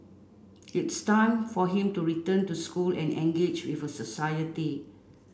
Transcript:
it's time for him to return to school and engage with society